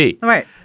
Right